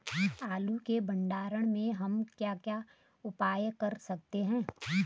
आलू के भंडारण में हम क्या क्या उपाय कर सकते हैं?